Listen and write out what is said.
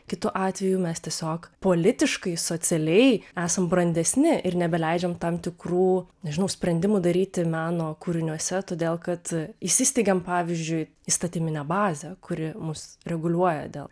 kitu atveju mes tiesiog politiškai socialiai esam brandesni ir nebeleidžiam tam tikrų nežinau sprendimų daryti meno kūriniuose todėl kad įsisteigėm pavyzdžiui įstatyminę bazę kuri mus reguliuoja dėl